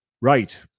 right